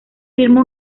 firma